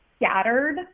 scattered